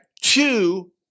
two